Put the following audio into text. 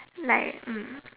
like